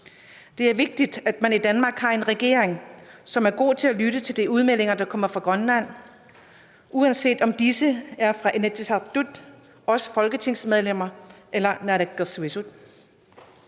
Det er vigtigt, at man i Danmark har en regering, som er god til at lytte til de udmeldinger, der kommer fra Grønland, uanset om disse kommer fra Inatsisartut, fra os folketingsmedlemmer eller fra